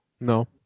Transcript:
No